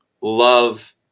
love